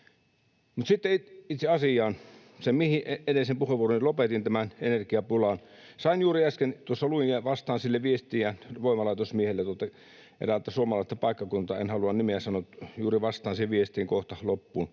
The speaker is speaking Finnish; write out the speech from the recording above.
Sitten itse asiaan, siihen, mihin edellisen puheenvuoroni lopetin, tähän energiapulaan. Sain juuri äsken — tuossa luin ja vastaan siihen — viestiä voimalaitosmieheltä eräältä suomalaiselta paikkakunnalta, en halua nimeä sanoa. Juuri vastaan siihen viestiin, kohta saan loppuun